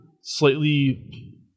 slightly